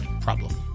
problem